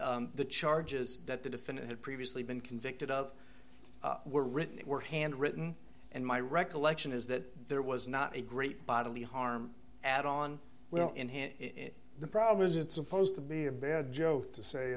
the charges that the defendant had previously been convicted of were written that were handwritten and my recollection is that there was not a great bodily harm ad on well in hand the problem is it's supposed to be a bad joke to say